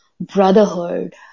brotherhood